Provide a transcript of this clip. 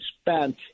spent